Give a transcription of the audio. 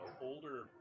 older